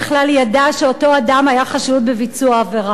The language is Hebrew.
ידע שאותו אדם היה חשוד בביצוע עבירה.